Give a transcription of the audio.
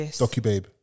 Docu-Babe